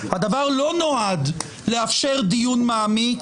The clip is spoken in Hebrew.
הדבר לא נועד לאפשר דיון מעמיק,